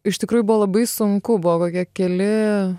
iš tikrųjų buvo labai sunku buvo keli